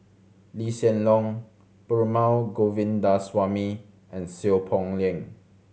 Lee Hsien Loong Perumal Govindaswamy and Seow Poh Leng